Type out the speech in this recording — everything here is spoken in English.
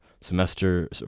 semester